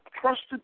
trusted